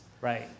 Right